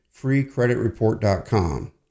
freecreditreport.com